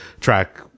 track